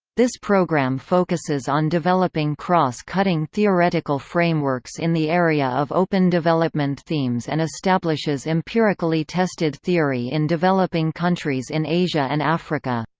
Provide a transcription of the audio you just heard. this program focuses on developing cross-cutting theoretical frameworks in the area of open development themes and establishes empirically tested theory in developing countries in asia and africa.